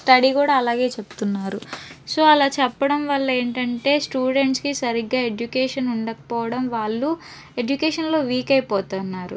study కూడా అలాగే చెప్తున్నారు సో అలా చెప్పడం వల్ల ఏంటంటే స్టూడెంట్స్కి సరిగ్గా ఎడ్యుకేషన్ ఉండకపోవడం వాళ్ళు ఎడ్యుకేషన్లో వీక్ అయిపోతున్నారు